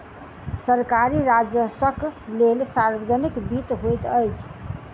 सरकारी राजस्वक लेल सार्वजनिक वित्त होइत अछि